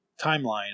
timeline